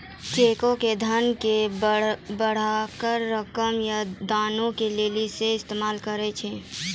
चेको के धन के बड़का रकम या दानो के लेली सेहो इस्तेमाल करै छै